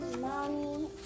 Mommy